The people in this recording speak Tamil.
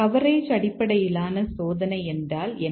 கவரேஜ் அடிப்படையிலான சோதனை என்றால் என்ன